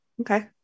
Okay